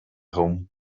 home